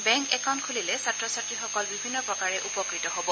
bank account খুলিলে ছাত্ৰ ছাত্ৰীসকল বিভিন্ন প্ৰকাৰে উপকৃত হব